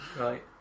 Right